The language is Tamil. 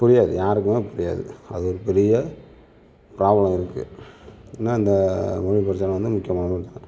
புரியாது யாருக்குமே அது புரியாது அது ஒரு பெரிய பிராப்ளம் இருக்குது சும்மா இந்த